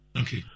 Okay